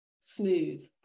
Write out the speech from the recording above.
smooth